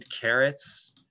carrots